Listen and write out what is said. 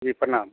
जी प्रणाम